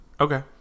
Okay